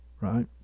right